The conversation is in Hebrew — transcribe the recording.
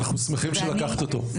אנחנו שמחים שלקחת אותו, תמי.